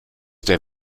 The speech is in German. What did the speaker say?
der